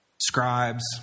scribes